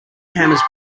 hammers